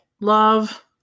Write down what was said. love